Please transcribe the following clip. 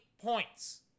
points